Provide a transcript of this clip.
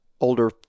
older